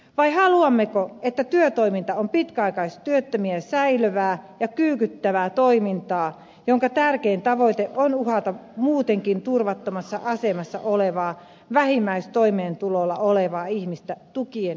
vai haluammeko että työtoiminta on pitkäaikaistyöttömiä säilövää ja kyykyttävää toimintaa jonka tärkein tavoite on uhata muutenkin turvattomassa asemassa olevaa vähimmäistoimeentulolla olevaa ihmistä tukien menettämisellä